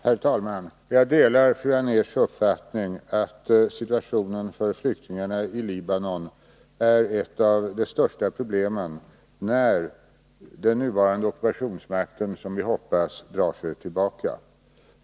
Herr talman! Jag delar fru Anérs uppfattning att situationen för flyktingarna i Libanon är ett av de största problemen när den nuvarande ockupationsmakten, som vi hoppas, drar sig tillbaka.